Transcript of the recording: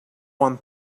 one